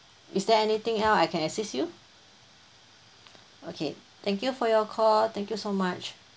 is there anything else I can assist you okay thank you for your call thank you so much